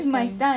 ya